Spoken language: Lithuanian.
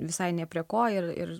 visai ne prie ko ir ir